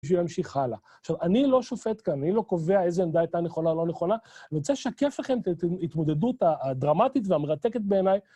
בשביל להמשיך הלאה. עכשיו, אני לא שופט כאן, אני לא קובע איזו עמדה הייתה נכונה או לא נכונה, אני רוצה לשקף לכם את ההתמודדות הדרמטית והמרתקת בעיניי.